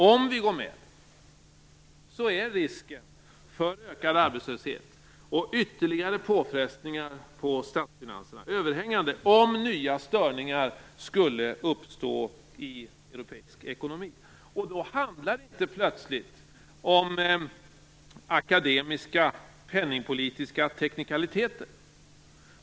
Om vi går med är risken för ökad arbetslöshet och ytterligare påfrestningar på statsfinanserna överhängande om nya störningar skulle uppstå i europeisk ekonomi. Då handlar det plötsligt inte om akademiska penningpolitiska teknikaliteter.